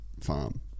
farm